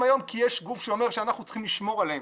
היום כי יש גוף שאומר שאנחנו צריכים לשמור עליהם,